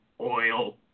oil